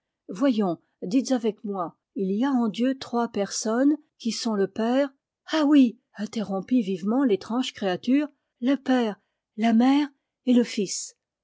voyons dites avec moi il y a en dieu trois personnes qui sont le père ah oui interrompit vivement l'étrange créature le père la mère et le fils